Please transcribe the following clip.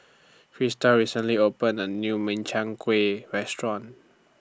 Christal recently opened A New Makchang Gui Restaurant